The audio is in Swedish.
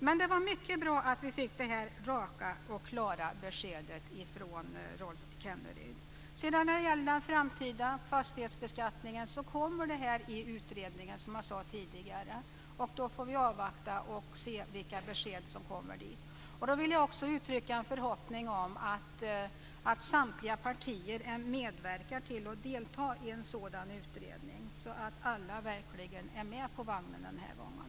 Men det var mycket bra att vi fick detta raka och klara besked från Rolf Kenneryd. Den framtida fastighetsbeskattningen kommer att tas upp i utredningen, som jag sade tidigare. Vi får avvakta och se vilka besked som kommer. Jag vill också uttrycka en förhoppning om att samtliga partier medverkar i och deltar i en sådan utredning, så att alla verkligen är med på vagnen den här gången.